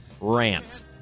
rant